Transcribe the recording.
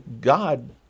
God